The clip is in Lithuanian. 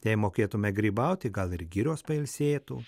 jei mokėtume grybauti gal ir girios pailsėtų